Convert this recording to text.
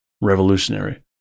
revolutionary